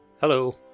Hello